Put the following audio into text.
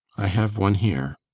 i have one here.